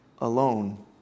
alone